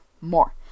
more